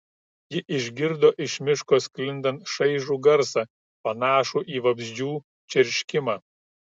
ji išgirdo iš miško sklindant šaižų garsą panašų į vabzdžių čerškimą